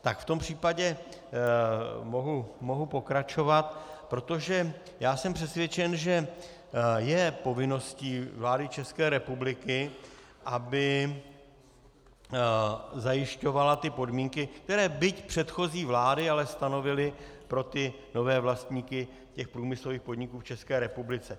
V tom případě mohu pokračovat, protože jsem přesvědčen, že je povinností vlády České republiky, aby zajišťovala ty podmínky, které byť předchozí vlády, ale stanovily pro nové vlastníky průmyslových podniků v České republice.